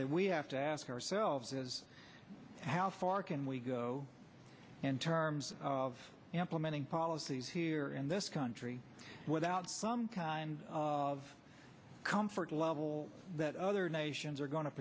that we have to ask ourselves is how far can we go and terms of implementing policies here in this country without some kind of comfort level that other nations are going to